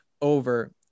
over